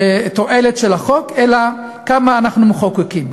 התועלת של החוק, אלא כמה אנחנו מחוקקים.